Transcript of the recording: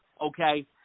okay